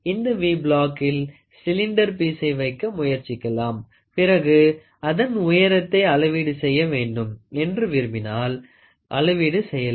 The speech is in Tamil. இந்த வி பிளாக் இல் சிலிண்டர் பீசை வைக்க முயற்சிக்கலாம் பிறகு அதன் உயரத்தை அளவீடு செய்ய வேண்டும் என்று விரும்பினால் அளவீடு செய்யலாம்